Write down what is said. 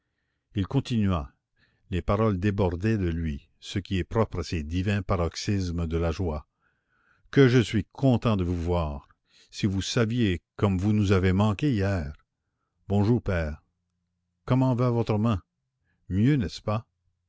il continua les paroles débordaient de lui ce qui est propre à ces divins paroxysmes de la joie que je suis content de vous voir si vous saviez comme vous nous avez manqué hier bonjour père comment va votre main mieux n'est-ce pas